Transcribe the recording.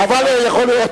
אבל יכול להיות,